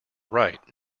right